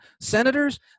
senators